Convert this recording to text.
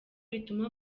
rituma